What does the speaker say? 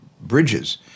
bridges